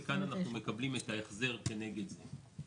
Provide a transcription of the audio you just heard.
ומכאן אנחנו מקבלים את ההחזר כנגד זה.